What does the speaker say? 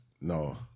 No